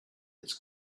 its